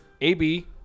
AB